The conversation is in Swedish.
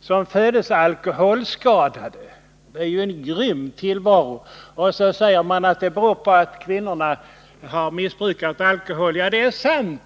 som föddes alkoholskadade. Det innebär ju en grym tillvaro. Så säger man att det beror på att kvinnorna har missbrukat alkohol. Ja, det är sant.